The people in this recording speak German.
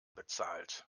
bezahlt